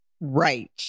Right